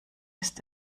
ist